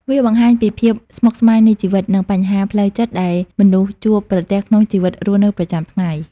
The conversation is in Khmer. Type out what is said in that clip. វាបង្ហាញពីភាពស្មុគស្មាញនៃជីវិត និងបញ្ហាផ្លូវចិត្តដែលមនុស្សជួបប្រទះក្នុងជីវិតរស់នៅប្រចាំថ្ងៃ។